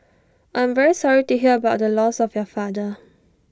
I am very sorry to hear about the loss of your father